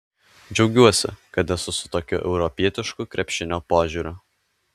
džiaugiuosi kad esu su tokiu europietišku krepšinio požiūriu